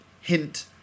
hint